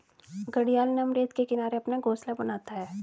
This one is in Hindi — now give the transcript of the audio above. घड़ियाल नम रेत के किनारे अपना घोंसला बनाता है